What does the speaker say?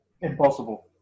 Impossible